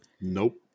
Nope